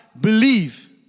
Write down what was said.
believe